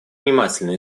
внимательно